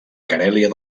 carèlia